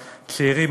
הצעירים,